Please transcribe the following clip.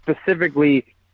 specifically